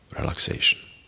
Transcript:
relaxation